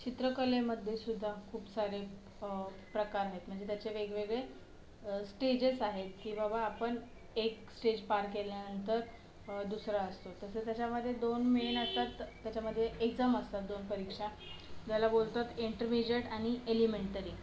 चित्रकलेमध्ये सुद्धा खूप सारे प्रकार आहेत म्हणजे त्याचे वेगवेगळे स्टेजेस आहेत की बाबा आपण एक स्टेज पार केल्यानंतर दुसरा असतो तसं त्याच्यामध्ये दोन मेन असतात त्याच्यामध्ये एगजाम असतात दोन परीक्षा ज्याला बोलतात इंटरमिजेट आणि एलिमेंटरी